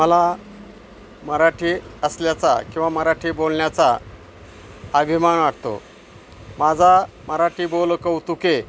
मला मराठी असल्याचा किंवा मराठी बोलण्याचा आभिमान वाटतो माझा मराठी बोलु कौतुके